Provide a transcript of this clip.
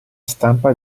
stampa